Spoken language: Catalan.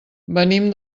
venim